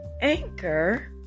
anchor